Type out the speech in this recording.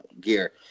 gear